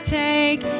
take